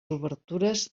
obertures